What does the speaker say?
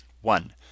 one